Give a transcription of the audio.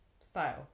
Style